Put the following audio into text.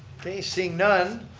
okay, seeing none,